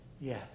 Yes